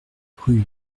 rue